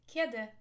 Kiedy